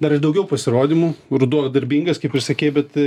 dar ir daugiau pasirodymų ruduo darbingas kaip ir sakei bet